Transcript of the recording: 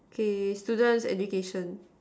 okay students education